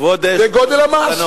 גודל המס.